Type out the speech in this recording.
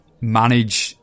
manage